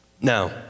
Now